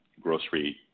grocery